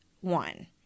one